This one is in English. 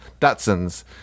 Datsuns